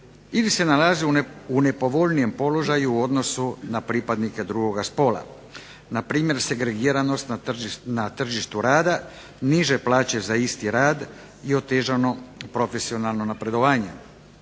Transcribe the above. ili se nalaze u nepovoljnijem položaju u odnosu na pripadnike drugoga spola, npr. segregiranost na tržištu rada, niže plaće za isti rad i otežano profesionalno napredovanje.